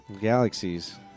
Galaxies